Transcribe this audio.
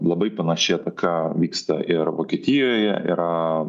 labai panaši ataka vyksta ir vokietijoje yra